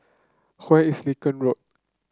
is Lincoln Road